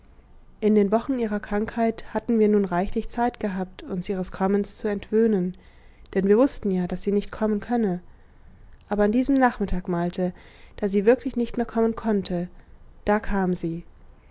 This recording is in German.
in den wochen ihrer krankheit hatten wir nun reichlich zeit gehabt uns ihres kommens zu entwöhnen denn wir wußten ja daß sie nicht kommen könne aber an diesem nachmittag malte da sie wirklich nicht mehr kommen konnte da kam sie